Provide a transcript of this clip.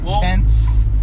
tents